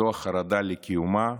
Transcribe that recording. וזו החרדה לקיומה,